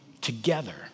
together